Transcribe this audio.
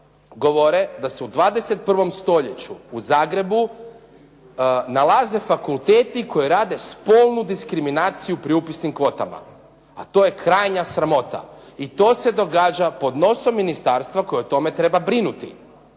govore da se u 21. stoljeću u Zagrebu nalaze fakulteti koji rade spolnu diskriminaciju pri upisnim kvotama, a to je krajnja sramota. I to se događa pod nosom ministarstva koje o tome treba brinuti.